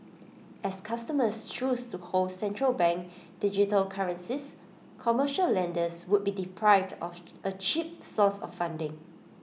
as customers choose to hold central bank digital currencies commercial lenders would be deprived of A cheap source of funding